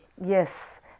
Yes